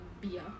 beer